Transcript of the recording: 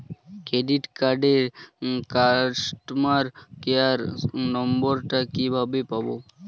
Credit কার্ডের customer care number টা কিভাবে পাবো?